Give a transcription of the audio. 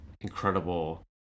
incredible